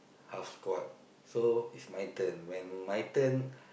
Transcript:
half squat so it's my turn when my turn